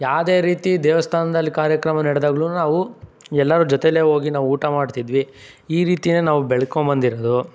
ಯಾವ್ದೇ ರೀತಿ ದೇವಸ್ಥಾನ್ದಲ್ಲಿ ಕಾರ್ಯಕ್ರಮ ನಡೆದಾಗ್ಲೂ ನಾವು ಎಲ್ಲರೂ ಜೊತೆಯಲ್ಲೇ ಹೋಗಿ ನಾವು ಊಟ ಮಾಡ್ತಿದ್ವಿ ಈ ರೀತಿನೇ ನಾವು ಬೆಳ್ಕೊಂಬಂದಿರೋದು